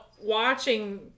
watching